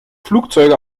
flugzeuge